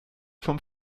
vom